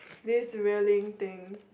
this railing thing